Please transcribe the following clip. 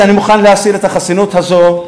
אני אמרתי, אני מוכן להסיר את החסינות הזאת,